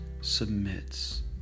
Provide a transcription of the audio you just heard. submits